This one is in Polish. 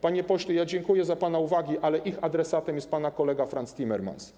Panie pośle, dziękuję za pana uwagi, ale ich adresatem jest pana kolega Frans Timmermans.